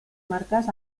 marcas